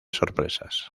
sorpresas